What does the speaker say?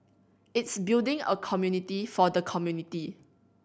it's building a community for the community